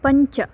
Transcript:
पञ्च